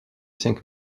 cinq